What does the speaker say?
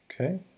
okay